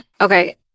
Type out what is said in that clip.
Okay